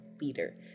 Leader